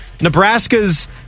Nebraska's